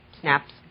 snaps